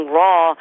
raw